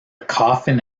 coffin